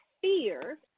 fear